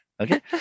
okay